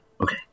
okay